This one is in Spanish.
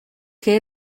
que